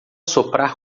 soprar